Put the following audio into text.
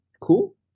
cool